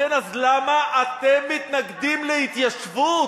אין לך, כן, אז למה אתם מתנגדים להתיישבות?